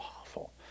awful